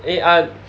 eh I